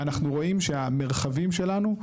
אנחנו רואים שהמרחבים שלנו,